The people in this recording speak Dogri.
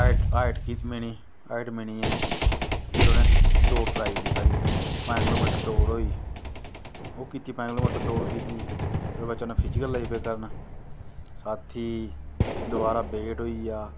हाईट मिनी हाईट मिनियैं फ्ही दोड़ कराई ओड़ी उनैं पंज किलो मीटर दौड़ होई ओह् कीती पंज किलो मीटर दौड़ कीती ओह्दै बाद च फिज़िकल लगी पे करन छात्ती दवारा वेट होईयै